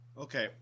Okay